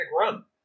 run